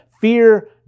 fear